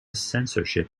censorship